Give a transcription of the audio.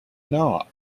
not